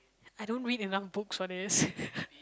I don't read enough books for this